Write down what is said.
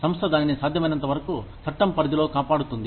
సంస్థ దానిని సాధ్యమైనంత వరకు చట్టం పరిధిలో కాపాడుతుంది